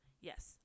Yes